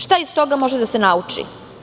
Šta iz toga može da se nauči?